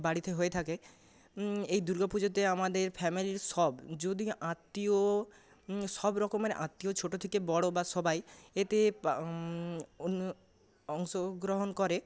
বাড়িতে হয়ে থাকে এই দুর্গাপুজোতে আমাদের ফ্যামিলির সব যদি আত্মীয় সবরকমের আত্মীয় ছোট থেকে বড় বা সবাই এতে অংশগ্রহণ করে